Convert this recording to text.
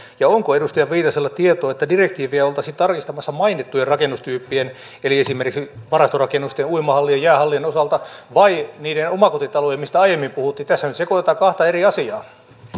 ja onko edustaja viitasella tietoa että direktiiviä oltaisiin tarkistamassa mainittujen rakennustyyppien eli esimerkiksi varastorakennusten uimahallien ja jäähallien osalta tai niiden omakotitalojen mistä aiemmin puhuttiin tässähän sekoitetaan kahta eri asiaa